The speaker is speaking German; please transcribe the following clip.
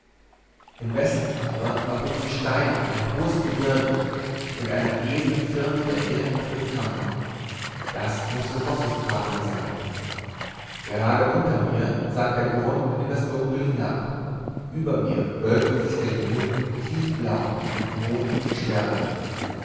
im westen aber erhob sich steil ein hohes gebirge mit einer ebenen firnfläche auf dem kamme das mußte vosseskavlen sein gerade unter mir sank der grund in das dunkel hinab über mir wölbte sich der himmel tiefblau mit mond und sternen